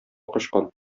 качкан